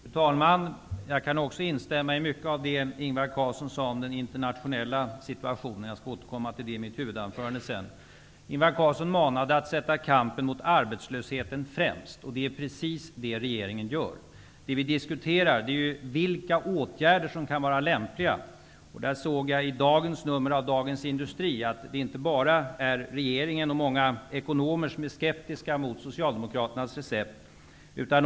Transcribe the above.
Fru talman! Jag kan också instämma i mycket av det som Ingvar Carlsson sade om den internationella situationen. Jag skall återkomma till det i mitt huvudanförande senare. Ingvar Carlsson manade till att man skulle sätta kampen mot arbetslösheten främst. Det är precis det som regeringen gör. Det som vi diskuterar är vilka åtgärder som kan vara lämpliga. Jag såg i dagens nummer av Dagens Industri att det inte bara är regeringen och många ekonomer som är skeptiska mot Socialdemokraternas recept.